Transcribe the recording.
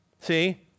See